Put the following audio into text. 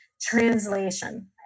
translation